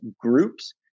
Groups